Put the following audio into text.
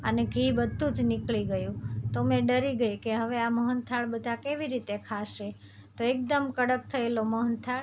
અને ઘી બધું જ નીકળી ગયું તો મેં ડરી ગઈ કે હવે આ મોહનથાળ બધા કેવી રીતે ખાશે તો એકદમ કડક થયેલો મોહનથાળ